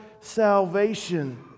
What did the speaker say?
salvation